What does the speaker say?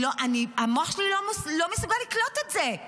המוח שלי לא מסוגל לקלוט את זה.